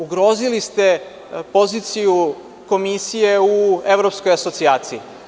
Ugrozili ste poziciju komisije u evropskoj asocijaciji.